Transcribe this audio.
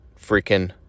freaking